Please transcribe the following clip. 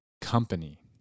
company